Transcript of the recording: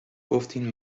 گفتین